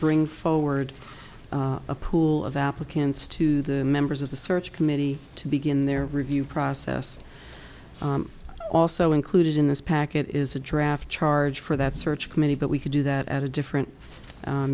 bring forward a pool of applicants to the members of the search committee to begin their review process also included in this packet is a draft charge for that search committee but we could do that at a different